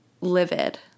livid